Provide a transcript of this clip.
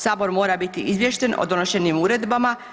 Sabor mora biti izvješten o donošenim uredbama.